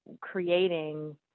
creating